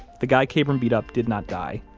the guy kabrahm beat up did not die.